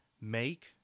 make